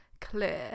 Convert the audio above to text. clear